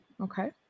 okay